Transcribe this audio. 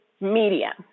media